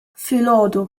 filgħodu